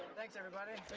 thanks everybody.